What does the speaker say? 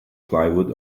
plywood